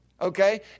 Okay